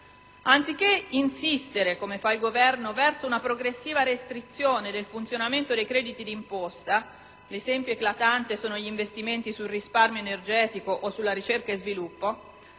Anziché insistere, come fa il Governo, verso una progressiva restrizione del funzionamento dei crediti di imposta - l'esempio eclatante sono gli investimenti sul risparmio energetico o sulla ricerca e lo sviluppo